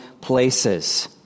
places